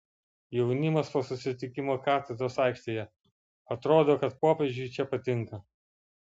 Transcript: jaunimas po susitikimo katedros aikštėje atrodo kad popiežiui čia patinka